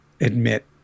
admit